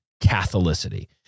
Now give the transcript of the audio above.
catholicity